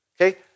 okay